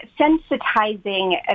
sensitizing